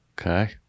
Okay